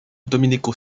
domenico